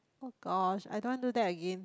oh-gosh I don't want do that again